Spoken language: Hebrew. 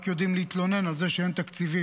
רק יודעים להתלונן על זה שאין תקציבים.